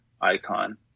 icon